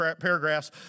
paragraphs